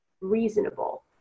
reasonable